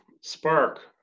Spark